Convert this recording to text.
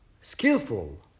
skillful